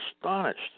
astonished